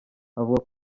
avuga